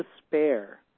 despair